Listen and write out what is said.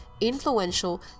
influential